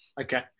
Okay